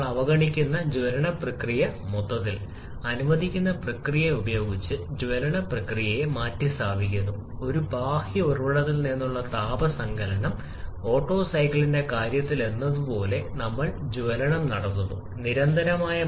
𝑊𝑛𝑒𝑡 𝐹𝐴 𝑎𝑟𝑒𝑎 1 − 2′ − 3′ − 4′′ − 1 വ്യതിയാനം മാത്രമാണ് പ്രത്യേകിച്ചും നമ്മൾ ഇവിടെ ലഭിക്കുന്ന പ്രദേശത്തിന്റെ താപനില 1 ൽ നിന്ന് ആരംഭിച്ച് 2 ലേക്ക് പോകുന്നു തുടർന്ന് നമ്മൾക്ക് 3 ഉണ്ട് തുടർന്ന് 4 ലേക്ക് ഇറങ്ങുക തുടർന്ന് 1